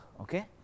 okay